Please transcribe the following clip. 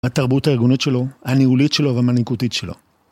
התרבות האירגונית שלו, הניהולית שלו והמנהיגותית שלו.